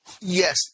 yes